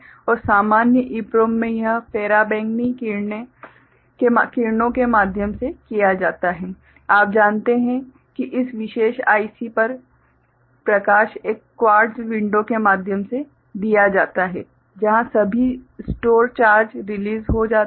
और सामान्य EPROM में यह पराबैंगनी किरण के माध्यम से किया जाता है आप जानते हैं कि इस विशेष IC पर प्रकाश एक क्वार्ट्ज विंडो के माध्यम से दिया जाता है जहां सभी स्टोर चार्ज रिलीज़ हो जाते हैं